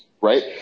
right